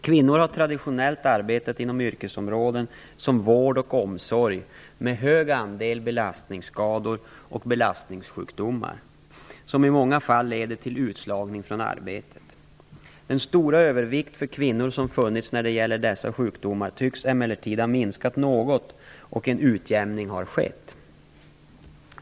Kvinnor har traditionellt arbetat inom yrkesområden, som t.ex. vård och omsorg, med en hög andel belastningsskador och belastningssjukdomar, vilka i många fall leder till utslagning från arbetet. Den stora övervikt för kvinnor som funnits när det gäller dessa sjukdomar tycks emellertid ha minskat något och en utjämning har skett.